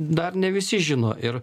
dar ne visi žino ir